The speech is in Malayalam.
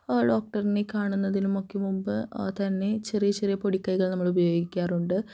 ഡോക്ടറിനെ കാണുന്നതിമൊക്കെ മുന്പ് തന്നെ ചെറിയ ചെറിയ പൊടികൈകള് നമ്മള് ഉപയോഗിക്കാറുണ്ട്